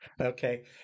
Okay